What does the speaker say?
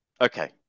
Okay